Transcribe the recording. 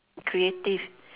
creative